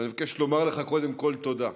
אבל אני מבקש לומר לך קודם כול תודה.